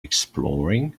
exploring